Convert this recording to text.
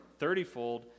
thirtyfold